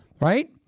right